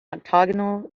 octagonal